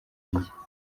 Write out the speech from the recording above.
njye